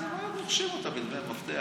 אז הם היו רוכשים אותה בדמי מפתח,